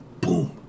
boom